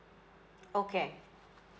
okay